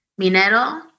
Minero